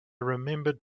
remembered